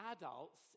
adults